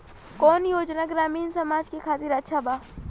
कौन योजना ग्रामीण समाज के खातिर अच्छा बा?